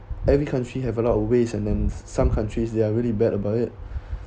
every country have a lot of waste and then some countries they are really bad about it